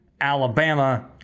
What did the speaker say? Alabama